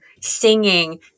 singing